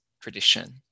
tradition